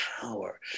power